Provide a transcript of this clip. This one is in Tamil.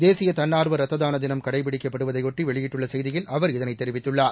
தேசிய தன்னார்வ ரத்த தான தினம் கடைபிடிக்கப்படுவதையொட்டி வெளியிட்டுள்ள செய்தியில் அவர் இதனைத் தெரிவித்துள்ளார்